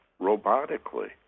robotically